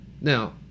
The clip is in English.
Now